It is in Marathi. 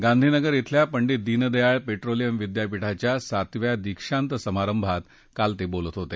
गांधीनगर श्विल्या पंडीत दीनदयाळ पेट्रोलियम विद्यापीठातच्या सातव्या दीक्षांत समारंभात काल ते बोलत होते